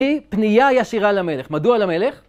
היא פנייה ישירה למלך. מדוע למלך?